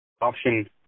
Option